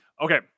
Okay